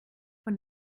von